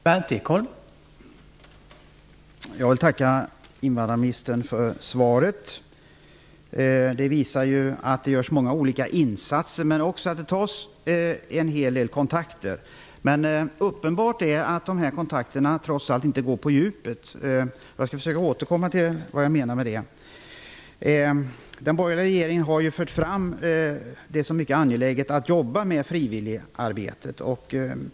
Herr talman! Jag vill tacka invandrarministern för svaret. Det visar att det görs många olika insatser, men också att det tas en hel del kontakter. Uppenbart är att de här kontakterna trots allt inte går på djupet. Jag skall försöka återkomma till vad jag menar med det. Den borgerliga regeringen har ju ansett det mycket angeläget att jobba med frivilligarbetet.